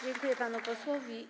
Dziękuję panu posłowi.